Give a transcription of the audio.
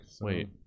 wait